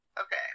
Okay